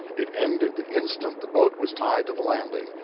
it ended the instant the boat was tied to the landing,